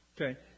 Okay